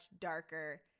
darker